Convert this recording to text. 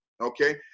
okay